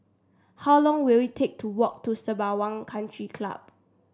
how long will it take to walk to Sembawang Country Club